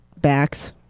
Backs